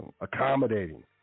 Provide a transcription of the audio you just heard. accommodating